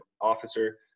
officer